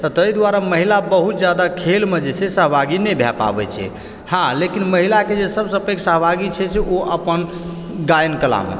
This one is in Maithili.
तै दुआरे महिला बहुत ज्यादा खेलमे जे छै से सहभागी नै भए पाबै छै हँ लेकिन महिलाकऽ जे सबसऽ पैघ सहभागी छै से ओ अपन गायन कलामऽ